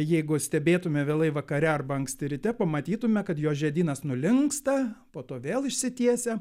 jeigu stebėtume vėlai vakare arba anksti ryte pamatytume kad jo žiedynas nulinksta po to vėl išsitiesia